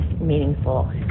meaningful